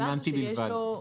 סמנטי בלבד.